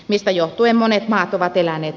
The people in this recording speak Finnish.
niistä johtuen monet maat ovat eläneet